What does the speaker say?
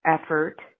effort